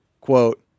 quote